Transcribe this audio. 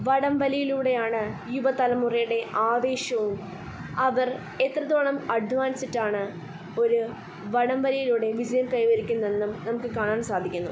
വടം വലിയിലൂടെയാണ് യുവതലമുറയുടെ ആവേശവും അവർ എത്രത്തോളം അദ്ധ്വാനിച്ചിട്ടാണ് ഒരു വടം വലിയിലൂടെ വിജയം കൈവരിക്കുന്നതെന്ന് നമുക്ക് കാണാൻ സാധിക്കുന്നു